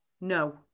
No